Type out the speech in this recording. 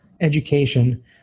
education